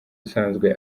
usanzwe